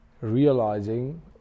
realizing